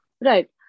Right